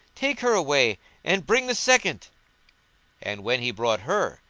take her away and bring the second and, when he brought her,